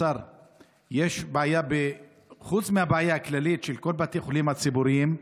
חוץ מהבעיה הכללית של כל בתי החולים הציבוריים,